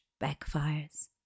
backfires